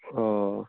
অঁ